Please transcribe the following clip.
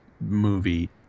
movie